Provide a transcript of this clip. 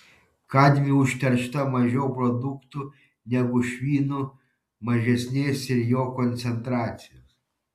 kadmiu užteršta mažiau produktų negu švinu mažesnės ir jo koncentracijos